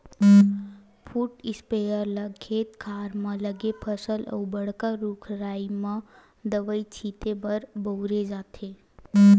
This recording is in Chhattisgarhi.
फुट इस्पेयर ल खेत खार म लगे फसल अउ बड़का रूख राई म दवई छिते बर बउरे जाथे